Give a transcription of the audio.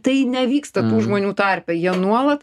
tai nevyksta tų žmonių tarpe jie nuolat